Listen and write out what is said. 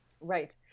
Right